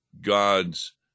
God's